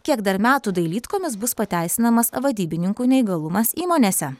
kiek dar metų dailydkomis bus pateisinamas vadybininkų neįgalumas įmonėse